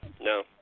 No